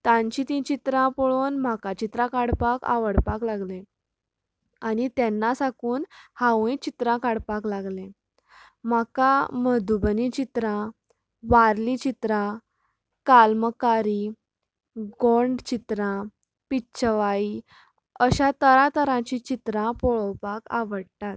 तांची ती चित्रां पळोवन म्हाका चित्रां काडपाक आवडपाक लागले आनी तेन्ना साकून हांवूंय चित्रां काडपाक लागलें म्हाका मधूबनी चित्रा वार्ली चित्रां काल्मकारी गोंड चित्रां पिच्छवायी अश्या तरांतरांची चित्रां पळोवपाक आवडटात